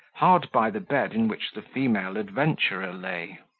hard by the bed in which the female adventurer lay.